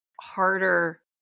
harder